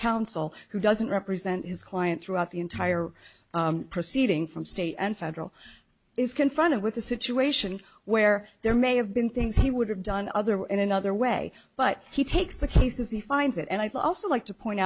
counsel who doesn't represent his client throughout the entire proceeding from state and federal is confronted with a situation where there may have been things he would have done other were in another way but he takes the cases he finds it and i thought also like to point